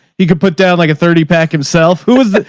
he could put down like a thirty pack himself who was the,